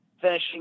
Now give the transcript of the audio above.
finishing